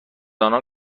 انان